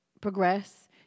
progress